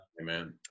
Amen